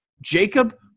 Jacob